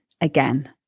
again